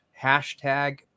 hashtag